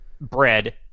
bread